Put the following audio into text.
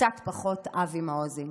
וקצת פחות אבי מעוזים.